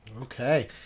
Okay